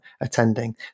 attending